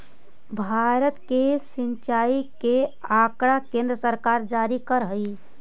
भारत में सिंचाई के आँकड़ा केन्द्र सरकार जारी करऽ हइ